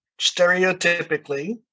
stereotypically